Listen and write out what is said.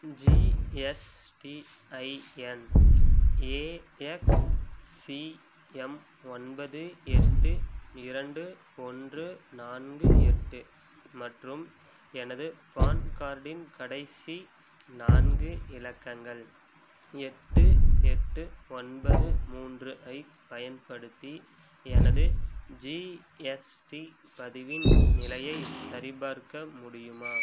GSTIN A X C M ஒன்பது எட்டு இரண்டு ஒன்று நான்கு எட்டு மற்றும் எனது பான் கார்டின் கடைசி நான்கு இலக்கங்கள் எட்டு எட்டு ஒன்பது மூன்று ஐப் பயன்படுத்தி எனது ஜிஎஸ்டி பதிவின் நிலையைச் சரிபார்க்க முடியுமா